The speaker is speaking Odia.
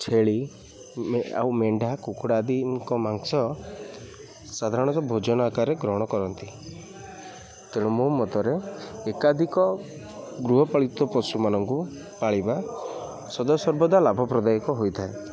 ଛେଳି ଆଉ ମେଣ୍ଢା କୁକୁଡ଼ା ଆଦିଙ୍କ ମାଂସ ସାଧାରଣତଃ ଭୋଜନ ଆକାରରେ ଗ୍ରହଣ କରନ୍ତି ତେଣୁ ମୋ ମତରେ ଏକାଧିକ ଗୃହପାଳିତ ପଶୁମାନଙ୍କୁ ପାଳିବା ସଦାସର୍ବଦା ଲାଭପ୍ରଦାୟକ ହୋଇଥାଏ